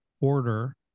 order